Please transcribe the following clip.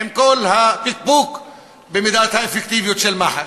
עם כל הפקפוק במידת האפקטיביות של מח"ש,